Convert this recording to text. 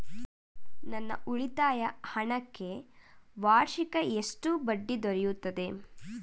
ನನ್ನ ಉಳಿತಾಯ ಹಣಕ್ಕೆ ವಾರ್ಷಿಕ ಎಷ್ಟು ಬಡ್ಡಿ ದೊರೆಯುತ್ತದೆ?